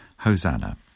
Hosanna